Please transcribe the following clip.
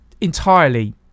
entirely